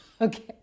Okay